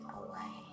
away